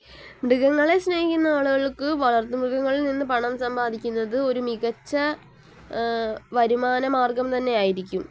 മൃഗങ്ങളെ സ്നേഹിക്കുന്ന ആളുകൾക്ക് വളർത്തുമൃഗങ്ങളിൽനിന്ന് പണം സമ്പാദിക്കുന്നത് ഒരു മികച്ച വരുമാന മാർഗ്ഗം തന്നെയായിരിക്കും